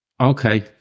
Okay